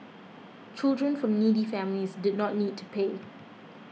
children from needy families did not need to pay